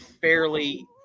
fairly –